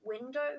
window